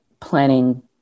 planning